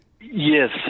Yes